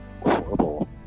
horrible